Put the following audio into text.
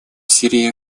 сирии